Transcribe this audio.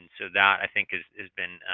and so, that i think has has been